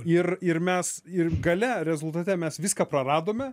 ir ir mes ir gale rezultate mes viską praradome